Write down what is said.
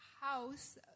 house